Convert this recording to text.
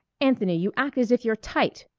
anthony, you act as if you're tight!